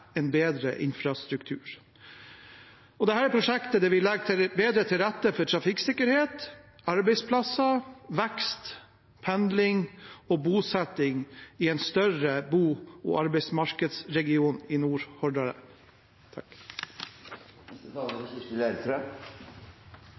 en bedre infrastruktur. Dette prosjektet vil legge bedre til rette for trafikksikkerhet, arbeidsplasser, vekst, pendling og bosetting i en større bo- og arbeidsmarkedsregion i